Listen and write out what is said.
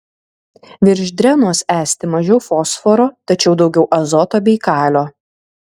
virš drenos esti mažiau fosforo tačiau daugiau azoto bei kalio